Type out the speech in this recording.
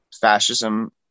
fascism